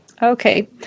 Okay